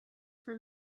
for